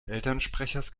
elternsprechers